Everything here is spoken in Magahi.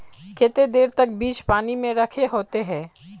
केते देर तक बीज पानी में रखे होते हैं?